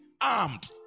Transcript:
armed